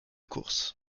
course